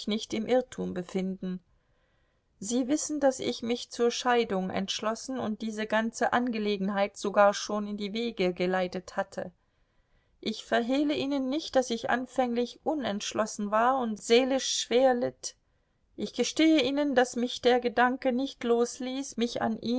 nicht im irrtum befinden sie wissen daß ich mich zur scheidung entschlossen und diese ganze angelegenheit sogar schon in die wege geleitet hatte ich verhehle ihnen nicht daß ich anfänglich unentschlossen war und seelisch schwer litt ich gestehe ihnen daß mich der gedanke nicht losließ mich an